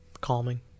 calming